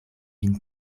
vin